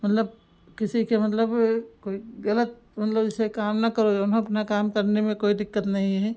मतलब किसी के मतलब ए कोई गलत मतलब जैसे काम न करो जऊन है अपना काम करने में कोई दिक्कत नहीं है